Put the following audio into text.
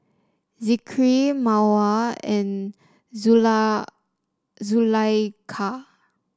Zikri Mawar and Zulaikha